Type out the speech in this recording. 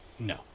No